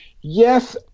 Yes